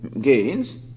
gains